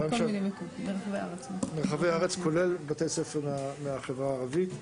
מכל רחבי הארץ, כולל בתי ספר מהחברה הערבית.